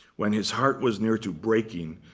when his heart was near to breaking,